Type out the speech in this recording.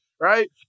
Right